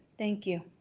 thank you